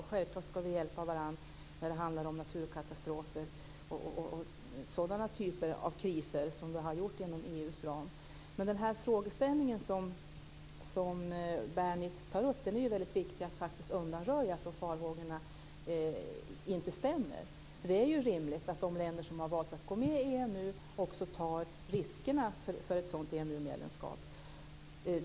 Och självklart ska vi hjälpa varandra när det handlar om naturkatastrofer och sådana typer av kriser som har skett inom EU:s ram. Men när det gäller den frågeställning som Bernitz tar upp är det väldigt viktigt att faktiskt undanröja att dessa farhågor inte stämmer. Det är ju rimligt att de länder som har valt att gå med i EMU också tar riskerna för ett sådant EMU-medlemskap.